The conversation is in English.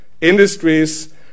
industries